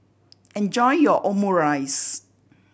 enjoy your Omurice